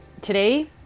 today